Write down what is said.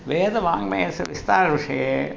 वेदवाङ्मयस्य विस्तारविषये